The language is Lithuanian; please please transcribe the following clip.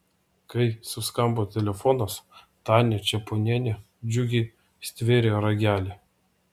kai suskambo telefonas tania čeponienė džiugiai stvėrė ragelį